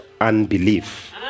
unbelief